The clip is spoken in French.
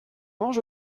mange